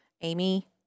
Amy